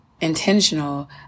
intentional